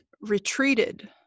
retreated